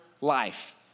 life